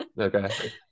Okay